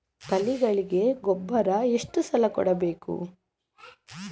ತಳಿಗಳಿಗೆ ಗೊಬ್ಬರ ಎಷ್ಟು ಸಲ ಕೊಡಬೇಕು?